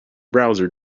browser